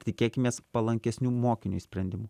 tikėkimės palankesnių mokiniui sprendimų